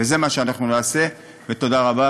וזה מה שאנחנו נעשה, ותודה רבה.